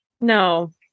no